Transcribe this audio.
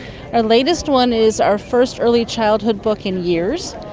our latest one is our first early childhood book in years,